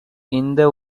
இந்த